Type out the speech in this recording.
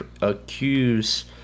accuse